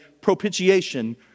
propitiation